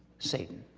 satan